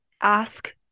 ask